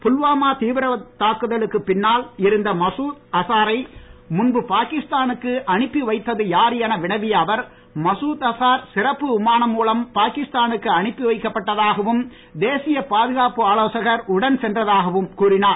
புல்வாமா தீவிரவாத தாக்குதலுக்கு பின்னால் இருந்த மசூத் அசாரை முன்பு பாகிஸ்தானுக்கு அனுப்பி வைத்தது யார் என வினவிய அவர் மசூத் அசார் சிறப்பு விமானம் மூலம் பாகிஸ்தானுக்கு அனுப்பி வைக்கப்பட்டதாகவும் தேசிய பாதுகாப்பு ஆலோசகர் உடன் சென்றதாகவும் கூறினார்